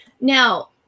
Now